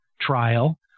trial